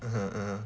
(uh huh) (uh huh)